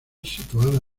situada